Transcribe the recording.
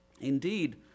Indeed